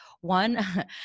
One